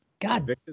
god